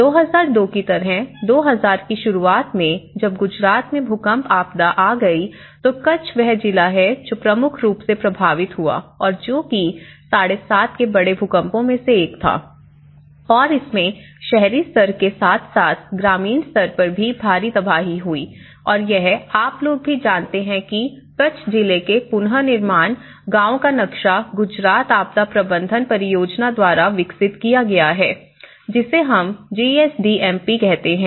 2002 की तरह 2000 की शुरुआत में जब गुजरात में भूकंप आपदा आ गई तो कच्छ वह जिला है जो प्रमुख रूप से प्रभावित हुआ और जो कि 75 के बड़े भूकंपों में से एक था और इसमें शहरी स्तर के साथ साथ ग्रामीण स्तर पर भी भारी तबाही हुई और यह आप लोग भी जानते हैं कि कच्छ जिले का पुनः निर्माण गांवों का नक्शा गुजरात आपदा प्रबंधन परियोजना द्वारा विकसित किया गया है जिसे हम G S D M P कहते हैं